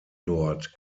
dort